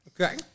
Okay